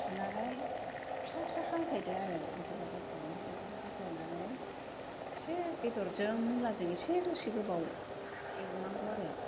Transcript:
सुनानै फिसा फिसा हाफ्लेदो आरो अन्थाइ बाजाबखौ अन्थाइ बाजाबखौ हफ्लेनानै एसे बेदरजों मुलाजों एसे दसे गोबाव एवनांगौ आरो